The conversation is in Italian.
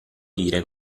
dire